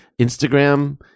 instagram